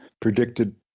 predicted